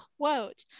quote